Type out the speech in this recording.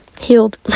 healed